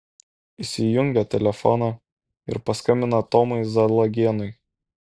įsijungia telefoną ir paskambina tomui zalagėnui